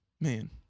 man